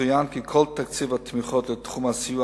יצוין כי כל תקציב התמיכות לתחום הסיוע